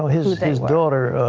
his his daughter